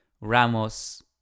Ramos